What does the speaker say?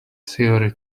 theory